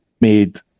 made